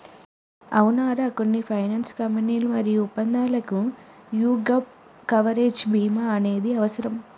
అవునరా కొన్ని ఫైనాన్స్ కంపెనీలు మరియు ఒప్పందాలకు యీ గాప్ కవరేజ్ భీమా అనేది అవసరం